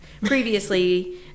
previously